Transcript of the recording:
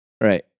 right